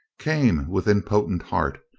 came with impotent heart,